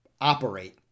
operate